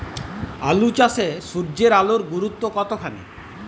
আলু চাষে সূর্যের আলোর গুরুত্ব কতখানি?